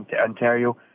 Ontario